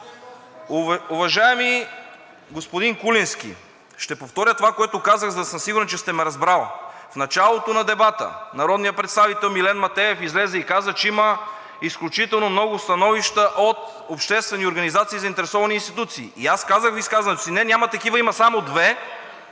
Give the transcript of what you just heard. Уважаеми господин Куленски, ще повторя това, което казах, за да съм сигурен, че сте ме разбрал. В началото на дебата народният представител Милен Матеев излезе и каза, че има изключително много становища от обществени организации и заинтересовани институции, а аз казах в изказването си: не, няма такива, а има само две.